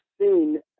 seen